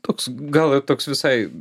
toks gal toks visai